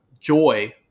joy